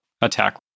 attack